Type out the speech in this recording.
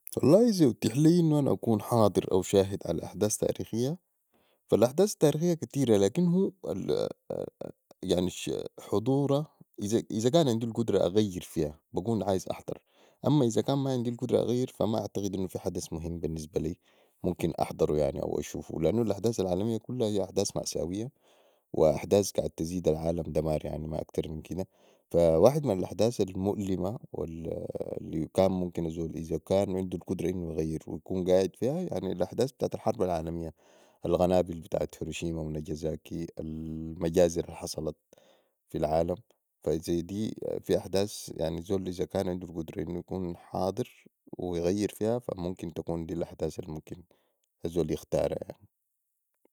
والله إذا اوتيح لي انو أنا اكون حاضر او شاهد علي احداث تاريخية فا الأحداث التاريخية كتيرة لكن هو يعني حضورا إذا كأن عندي القدرة اغير فيها بكون عايز أحضر اما اذا ما كان عندي القدره أغير فما اعتقد انو في حدث مهم بي النسبة لي ممكن احضرو او اشوفو لأنو الأحداث العالمية كلها هي احداث ماسويه واحداث قعد تزيد العالم دمار ما اكتر من كده واحد من الأحداث المولمه إذا كان الزول عندو القدرة يغير ويكون قاعد فيها الأحداث بتاعت الحرب العالميه القنابل بتاعت هيروشيما ونجزاكي المجازر الحصلت في للعالم زي دي في احداث يعني الزول إذا كان عندو القدرة انويكون حاضر و يغير فيها فا ممكن تكون دي الأحداث الممكن يختارا يعني